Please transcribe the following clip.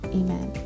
amen